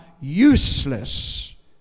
useless